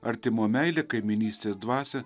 artimo meilę kaimynystės dvasią